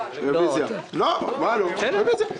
מה קרה?